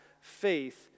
faith